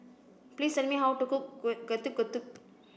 please tell me how to cook Getuk Getuk